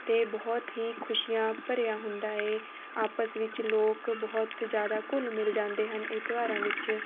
ਅਤੇ ਬਹੁਤ ਹੀ ਖੁਸ਼ੀਆਂ ਭਰਿਆ ਹੁੰਦਾ ਹੈ ਆਪਸ ਵਿੱਚ ਲੋਕ ਬਹੁਤ ਜ਼ਿਆਦਾ ਘੁਲ ਮਿਲ ਜਾਂਦੇ ਹਨ ਇਹ ਤਿਉਹਾਰਾਂ ਵਿੱਚ